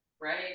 right